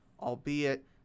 albeit